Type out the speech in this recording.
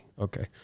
okay